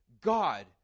God